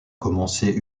commencer